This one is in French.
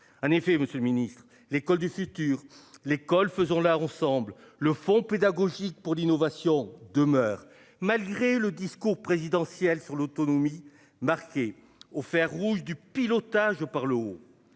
en effet, Monsieur le Ministre, l'école du futur, l'école, faisons la ensemble le Fonds pédagogique pour l'innovation demeure malgré le discours présidentiel sur l'autonomie marqué au fer rouge du pilotage par l'eau.